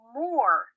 more